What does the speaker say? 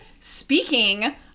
speaking